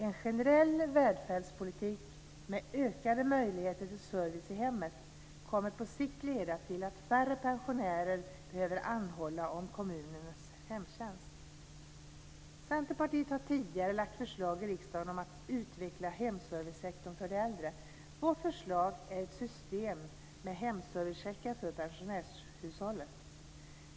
En generell välfärdspolitik med ökade möjligheter till service i hemmet kommer på sikt att leda till att färre pensionärer behöver anhålla om kommunens hemtjänst. Centerpartiet har tidigare lagt fram förslag i riksdagen om att utveckla hemservicesektorn för de äldre. Vårt förslag är ett system med hemservicecheckar för pensionärshushåll.